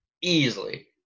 easily